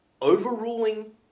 overruling